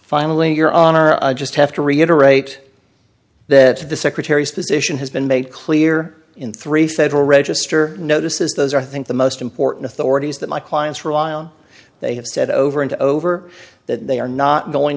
finally your honor i just have to reiterate that the secretary's position has been made clear in three federal register notices those are i think the most important authorities that my clients for a while they have said over and over that they are not going